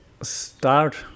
start